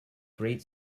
great